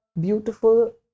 beautiful